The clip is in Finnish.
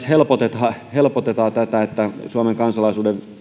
helpotetaan helpotetaan sitä että suomen kansalaisuuden